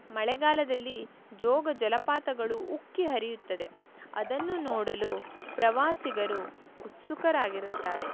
ಮಳೆಗಾಲದಲ್ಲಿ ಜೋಗ ಜಲಪಾತಗಳು ಉಕ್ಕಿ ಹರಿಯುತ್ತದೆ ಅದನ್ನು ನೋಡಲು ಪ್ರವಾಸಿಗರು ಉತ್ಸುಕರಾಗಿರುತ್ತಾರೆ